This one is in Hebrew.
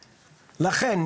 לכן,